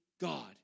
God